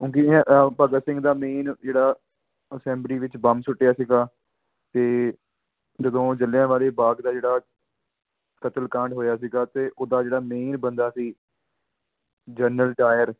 ਹਾਂਜੀ ਇਹ ਭਗਤ ਸਿੰਘ ਦਾ ਮੇਨ ਜਿਹੜਾ ਅਸੈਂਬਲੀ ਵਿੱਚ ਬੰਬ ਸੁੱਟਿਆ ਸੀਗਾ ਅਤੇ ਜਦੋਂ ਜ਼ਲ੍ਹਿਆਂਵਾਲੇ ਬਾਗ ਦਾ ਜਿਹੜਾ ਕਤਲਕਾਂਡ ਹੋਇਆ ਸੀਗਾ ਅਤੇ ਉਹਦਾ ਜਿਹੜਾ ਮੇਨ ਬੰਦਾ ਸੀ ਜਨਰਲ ਡਾਇਰ